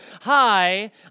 hi